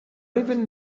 even